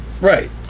Right